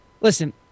listen